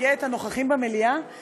25 בעד, 35 נגד.